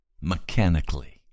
mechanically